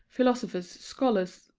philosophers, scholars,